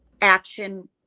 action